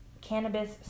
cannabis